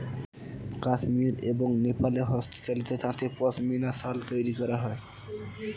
কাশ্মীর এবং নেপালে হস্তচালিত তাঁতে পশমিনা শাল তৈরি করা হয়